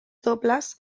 dobles